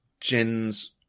Jen's